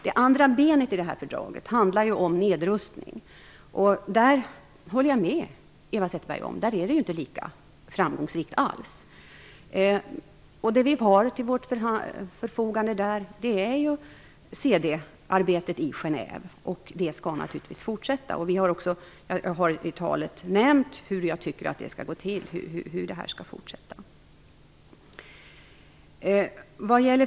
Det andra benet i det här fördraget handlar ju om nedrustning. Jag håller med Eva Zetterberg om att det arbetet inte alls är lika framgångsrikt. Det vi har till vårt förfogande där är ju CD-arbetet i Genève, och det skall naturligtvis fortsätta. Jag har i mitt tal också nämnt hur jag tycker det skall gå till, hur det här skall fortsätta.